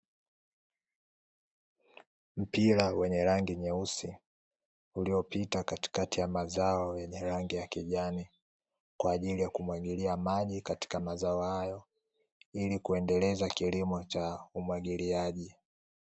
Mpira wenye rangi nyeusi uliopita katikati ya mazao yenye rangi ya kijani, kwaajili ya kumwagilia maji katika mazao hayo ili kuendeleza kilimo cha umwagiliaji.